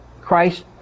Christ